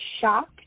shocked